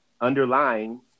underlying